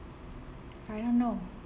I don't know